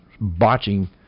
botching